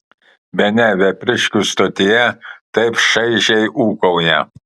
bene vepriškių stotyje taip šaižiai ūkauja